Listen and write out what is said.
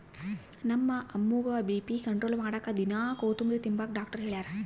ನಮ್ಮ ಅಮ್ಮುಗ್ಗ BP control ಮಾಡಾಕ ದಿನಾ ಕೋತುಂಬ್ರೆ ತಿಂಬಾಕ ಡಾಕ್ಟರ್ ಹೆಳ್ಯಾರ